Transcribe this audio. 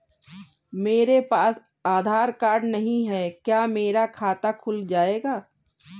मेरे पास आधार कार्ड नहीं है क्या मेरा खाता खुल जाएगा?